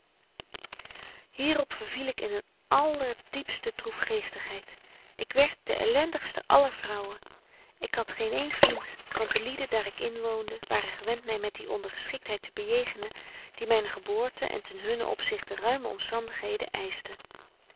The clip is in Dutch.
op verviel ik in eene allerdiepste droefgeestigheid ik werd de elendigste aller vrouwen ik had geen een vriend want de lieden daar ik inwoonde waren gewent my met die ondergeschiktheid te bejegenen die myne geboorte en ten hunnen opzichte ruime omstandigheden eischten